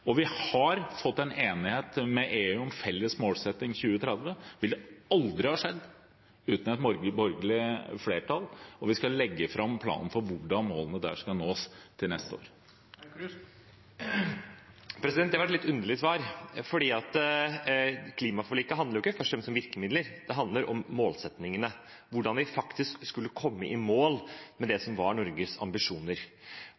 Vi har også fått en enighet med EU om en felles målsetting innen 2030. Det ville aldri ha skjedd uten et borgerlig flertall, og vi skal legge fram planen for hvordan målene der skal nås, til neste år. Det var et litt underlig svar, for klimaforliket handler jo ikke først og fremst om virkemidler. Det handler om målsettingene – hvordan vi faktisk skulle komme i mål med det